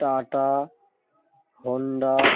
tata Honda